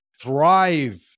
thrive